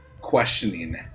questioning